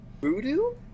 Voodoo